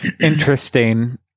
interesting